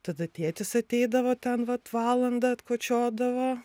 tada tėtis ateidavo ten vat valandą atkočiodavo